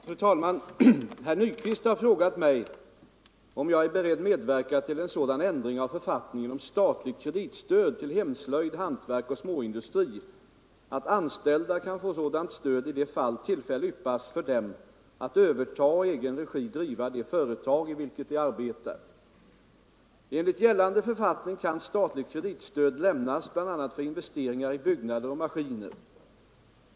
Fru talman! Herr Nyquist har frågat mig om jag är beredd medverka till en sådan ändring av författningen om statligt kreditstöd till hemslöjd, hantverk och småindustri att anställda kan få sådant stöd i de fall tillfälle yppas för dem att övertaga och i egen regi driva det företag i vilket de arbetar. Enligt gällande författning kan statligt kreditstöd lämnas bl.a. för investeringar i byggnader och maskiner.